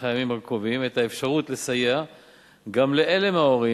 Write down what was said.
הימים הקרובים את האפשרות לסייע גם לאלה מההורים